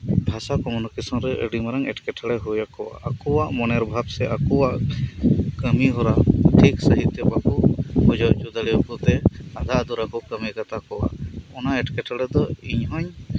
ᱵᱷᱟᱥᱟ ᱠᱚᱢᱤᱱᱤᱠᱮᱥᱚᱱ ᱨᱮ ᱟᱹᱰᱤ ᱢᱟᱨᱟᱝ ᱮᱸᱴᱠᱮᱴᱚᱬᱮ ᱦᱩᱭ ᱟᱠᱚᱣᱟ ᱟᱠᱚᱣᱟᱜ ᱢᱚᱱᱮᱨ ᱵᱷᱟᱵ ᱥᱮ ᱟᱠᱚᱣᱟᱜ ᱠᱟᱹᱢᱤ ᱦᱚᱨᱟ ᱴᱷᱤᱠ ᱥᱟᱹᱦᱤᱡ ᱛᱮ ᱵᱟᱠᱚ ᱵᱩᱡᱷᱟᱹᱣ ᱦᱚᱪᱚ ᱫᱟᱲᱮ ᱟᱠᱚ ᱛᱮ ᱟᱫᱷᱟ ᱫᱷᱩᱨᱟᱹ ᱠᱚ ᱠᱟᱹᱢᱤ ᱠᱟᱛᱟ ᱠᱚᱣᱟ ᱚᱱᱟ ᱮᱸᱴᱠᱮᱴᱚᱬᱮ ᱫᱚ ᱤᱧ ᱦᱚᱧ